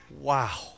wow